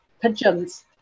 pigeons